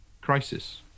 crisis